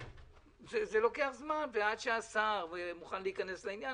זה לוקח זמן וגם לוקח זמן עד שהשר מוכן להיכנס לעניין